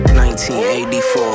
1984